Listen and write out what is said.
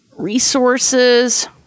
resources